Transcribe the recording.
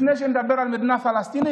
לפני שנדבר על מדינה פלסטינית,